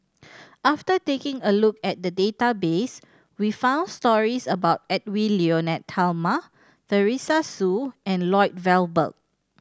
after taking a look at the database we found stories about Edwy Lyonet Talma Teresa Hsu and Lloyd Valberg